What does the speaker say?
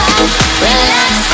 relax